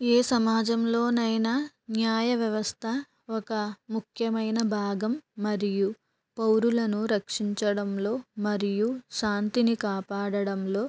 ఏ సమాజంలోనైనా న్యాయవ్యవస్థ ఒక ముఖ్యమైన భాగం మరియు పౌరులను రక్షించడంలో మరియు శాంతిని కాపాడడంలో